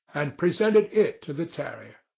and presented it to the terrier.